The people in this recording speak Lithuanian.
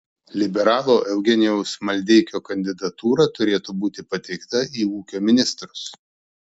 liberalo eugenijaus maldeikio kandidatūra turėtų būti pateikta į ūkio ministrus